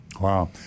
Wow